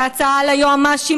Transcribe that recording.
וההצעה על היועמ"שים,